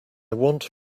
want